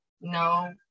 No